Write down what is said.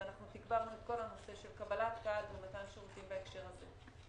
ואנחנו תגברנו את כל הנושא של קבלת קהל ומתן שירותים בהקשר הזה.